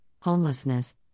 homelessness